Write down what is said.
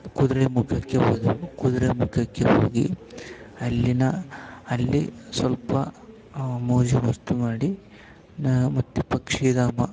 ಕುದುರೆಮುಖಕ್ಕೆ ಹೋದೆವು ಕುದುರೆಮುಕಕ್ಕೆ ಹೋಗಿ ಅಲ್ಲಿನ ಅಲ್ಲಿ ಸ್ವಲ್ಪ ಮೋಜು ಮಸ್ತು ಮಾಡಿ ನ ಮತ್ತು ಪಕ್ಷಿಧಾಮ